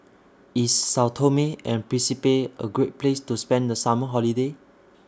IS Sao Tome and Principe A Great Place to spend The Summer Holiday